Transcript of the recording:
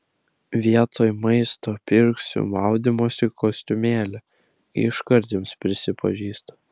vietoj maisto pirksiu maudymosi kostiumėlį iškart jums prisipažįstu